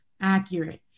accurate